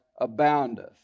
aboundeth